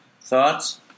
Thoughts